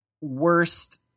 Worst